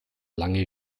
lange